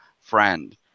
friend